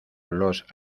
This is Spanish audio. los